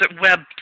web